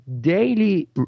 daily